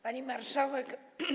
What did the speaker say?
Pani Marszałek!